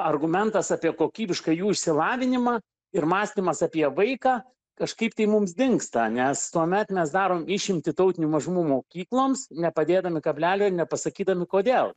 argumentas apie kokybišką jų išsilavinimą ir mąstymas apie vaiką kažkaip tai mums dingsta nes tuomet mes darom išimtį tautinių mažumų mokykloms nepadėdami kablelio ir nepasakydami kodėl